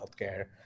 healthcare